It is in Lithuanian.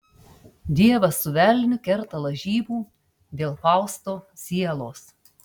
dievas su velniu kerta lažybų dėl fausto sielos